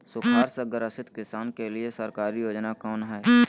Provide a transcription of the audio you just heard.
सुखाड़ से ग्रसित किसान के लिए सरकारी योजना कौन हय?